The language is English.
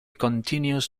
continues